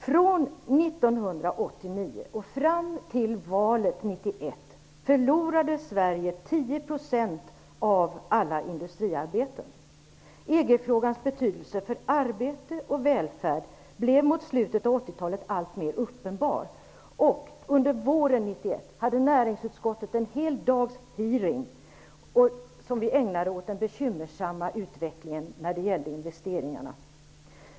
Från 1989 och fram till valet 1991 frågans betydelse för arbete och välfärd blev mot slutet av 80-talet alltmer uppenbar. Under våren 1991 hade näringsutskottet under en hel dag en hearing, som vi ägnade åt den bekymmersamma utvecklingen när det gällde investeringarna.